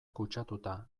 kutsatuta